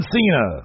Cena